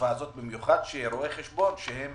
התקופה הזאת, במיוחד לרואי חשבון, שהם